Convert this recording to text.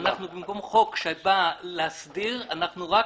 במקום חוק שבא להסדיר, אנחנו רק